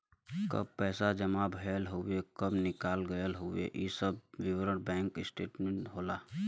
कब पैसा जमा भयल हउवे कब निकाल गयल हउवे इ सब विवरण बैंक स्टेटमेंट होला